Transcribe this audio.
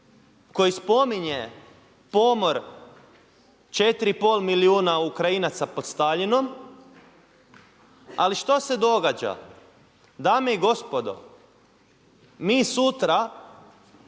koji spominje pomor 4,5 milijuna Ukrajinaca pod Staljinom. Ali što se događa? Dame i gospodo, mi sutra